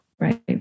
right